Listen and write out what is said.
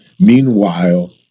meanwhile